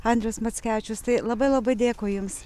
andrius mackevičius tai labai labai dėkui jums